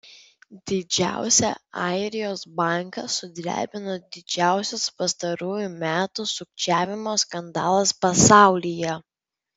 didžiausią airijos banką sudrebino didžiausias pastarųjų metų sukčiavimo skandalas pasaulyje